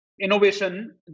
innovation